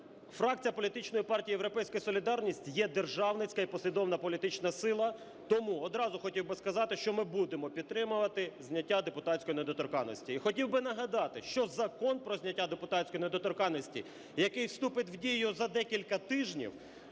фракція політичної партії "Європейська солідарність" є державницька і послідовницька політична сила, тому одразу хотів би сказати, що ми будемо підтримувати зняття депутатської недоторканності. І хотів би нагадати, що Закон про зняття депутатської недоторканності, який вступить в дію за декілька тижнів,